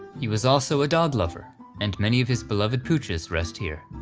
he was also a dog lover and many of his beloved pooches rest here.